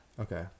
okay